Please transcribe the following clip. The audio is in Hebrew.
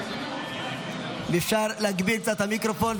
אם אפשר להגביר קצת את המיקרופון,